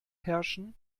herrschen